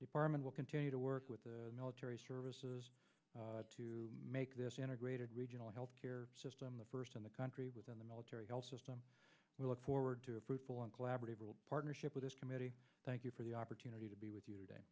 department will continue to work with the military services to make this integrated regional health care system the first in the country within the military health system we look forward to a fruitful and collaborative partnership with this committee thank you for the opportunity to be with you today